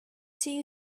two